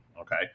Okay